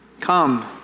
come